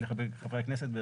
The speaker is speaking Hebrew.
חברי הכנסת.